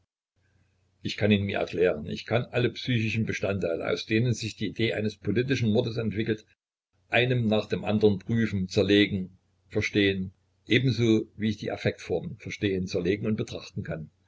ich kann ihn mir erklären ich kann alle psychischen bestandteile aus denen sich die idee eines politischen mordes entwickelt einen nach dem andern prüfen zerlegen verstehen ebenso wie ich die affektformen verstehen zerlegen und betrachten kann